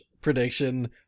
prediction